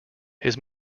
his